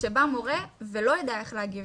כשבא מורה ולא יודע איך להגיב.